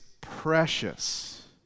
precious